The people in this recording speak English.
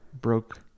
broke